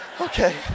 okay